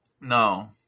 No